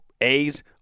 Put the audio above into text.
A's